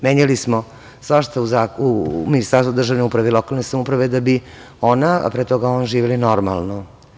Menjali smo svašta u Ministarstvu državne uprave i lokalne samouprave da bi ona, a pre toga on živeo normalno.